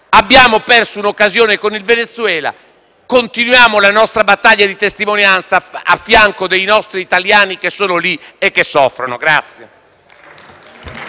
Abbiamo perso l'occasione con il Venezuela: continuiamo la nostra battaglia di testimonianza a fianco dei nostri italiani che sono lì e soffrono.